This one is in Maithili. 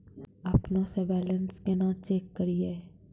अपनों से बैलेंस केना चेक करियै?